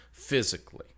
physically